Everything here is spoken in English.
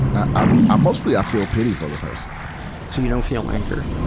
i, i mostly, i feel pity for the person. so you don't feel anger.